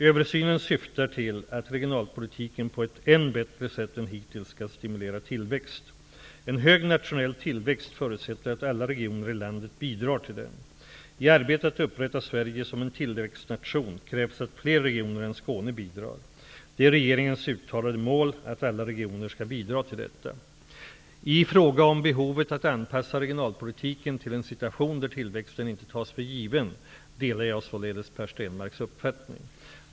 Översynen syftar till att regionalpolitiken på ett än bättre sätt än hittills skall stimulera tillväxt. En hög nationell tillväxt förutsätter att alla regioner i landet bidrar till den. I arbetet att upprätta Sverige som en tillväxtnation krävs att fler regioner än Skåne bidrar. Det är regeringens uttalade mål att alla regioner skall bidra till detta. I fråga om behovet att anpassa regionalpolitiken till en situation där tillväxten inte tas för given delar jag således Per Stenmarcks uppfattning.